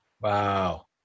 Wow